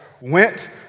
went